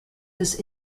this